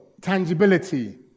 tangibility